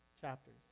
chapters